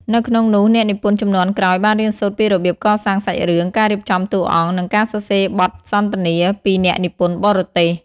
នៅក្នុងនោះអ្នកនិពន្ធជំនាន់ក្រោយបានរៀនសូត្រពីរបៀប កសាងសាច់រឿង ការរៀបចំតួអង្គ និងការសរសេរបទសន្ទនា ពីអ្នកនិពន្ធបរទេស។